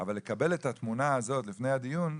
אבל לקבל את התמונה הזאת לפני הדיון,